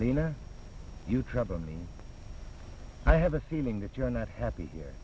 lena you trouble me i have a feeling that you are not happy here